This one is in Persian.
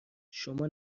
شما